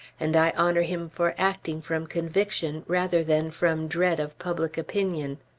and i honor him for acting from conviction, rather than from dread of public opinion.